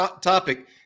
topic